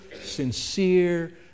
sincere